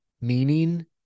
meaning